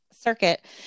Circuit